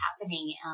happening